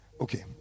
Okay